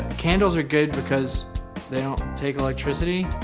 candles are good because they don't take electricity.